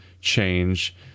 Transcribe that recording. change